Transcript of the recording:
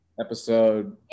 episode